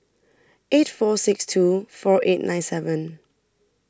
eight four six two four eight nine seven